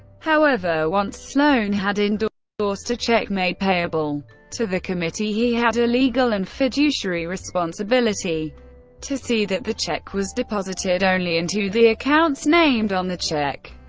however, once sloan had endorsed a check made payable to the committee, he had a legal and fiduciary responsibility to see that the check was deposited only into the accounts named on the check.